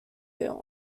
film